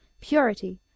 Purity